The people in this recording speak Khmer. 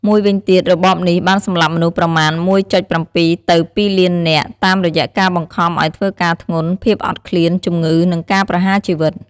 មួយវិញទៀតរបបនេះបានសម្លាប់មនុស្សប្រមាណ ១.៧ ទៅ ២ លាននាក់ តាមរយៈការបង្ខំឲ្យធ្វើការធ្ងន់ ភាពអត់ឃ្លាន ជំងឺ និងការប្រហារជីវិត។